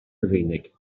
rufeinig